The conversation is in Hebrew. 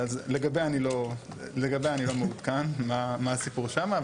לגביה אני לא מעודכן מה הסיפור שמה,